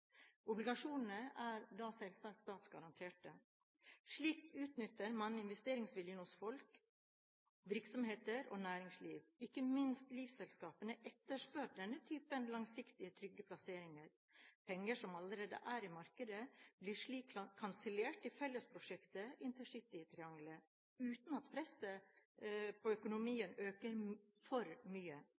Obligasjonene er da selvsagt statsgaranterte. Slik utnytter man investeringsviljen hos folk, virksomheter og næringsliv. Ikke minst livselskapene etterspør denne typen langsiktige, trygge plasseringer. Penger som allerede er i markedet, blir slik kanalisert til fellesskapsprosjektet intercitytriangelet uten at presset på økonomien øker for mye.